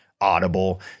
audible